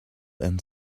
and